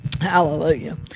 Hallelujah